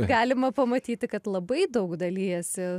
galima pamatyti kad labai daug dalijiesi